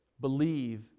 believe